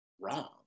wrong